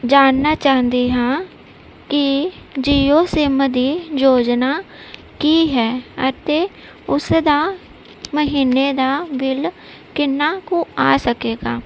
ਜਾਣਨਾ ਚਾਹੁੰਦੀ ਹਾਂ ਕਿ ਜੀਓ ਸਿਮ ਦੀ ਯੋਜਨਾ ਕੀ ਹੈ ਅਤੇ ਉਸਦਾ ਮਹੀਨੇ ਦਾ ਬਿੱਲ ਕਿੰਨਾ ਕੁ ਆ ਸਕੇਗਾ